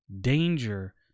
danger